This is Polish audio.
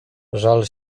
żal